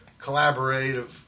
collaborative